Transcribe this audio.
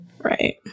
Right